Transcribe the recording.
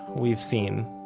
we've seen,